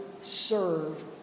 serve